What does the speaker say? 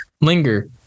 linger